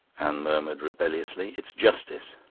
anne murmured rebelliously it's justice.